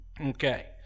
okay